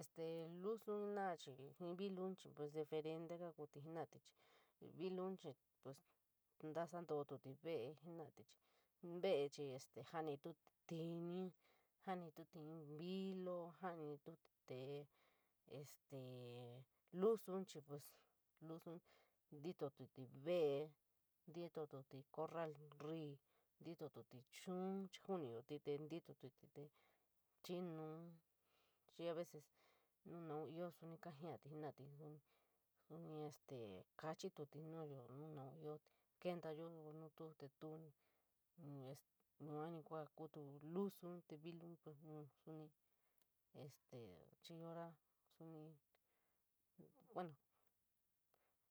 Este lusou jenara chií jiiñ vila chií pos diferente kaa kuutu jenorate chií vilon pos ñasa anotutit vele jenadé chií jenotif teñí, jamitutu ñin vio, jamitute te este luson chií pos luson ñtiñtutit vele, ñtiñtutit contu ñtiñ tiñotet chiñon, ñuunoti te ñtiñtutit chiñ noun ni a vees nu naou soun noun kajoute te intouare nu soun kachitutit nuuyou, nu noun íoo kentaare voo nu tuo teu yuu ni kuu kuutu luson te vilon sunu kachitu chií íoo hora este. Buuno